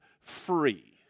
free